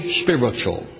spiritual